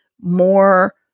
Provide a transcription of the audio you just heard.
more